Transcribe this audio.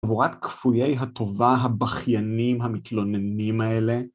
חבורת כפויי הטובה, הבכיינים, המתלוננים האלה.